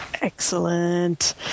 Excellent